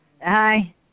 Hi